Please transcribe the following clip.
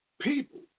people